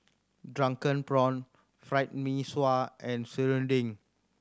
drunken prawn Fried Mee Sua and serunding